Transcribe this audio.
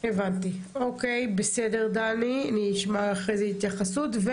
אוקיי, אנחנו נשמע אחר כך התייחסות לזה.